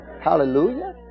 Hallelujah